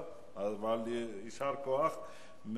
טוב, אבל יישר כוח.